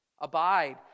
Abide